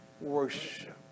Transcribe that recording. Worship